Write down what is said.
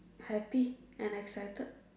happy and excited